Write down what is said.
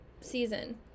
season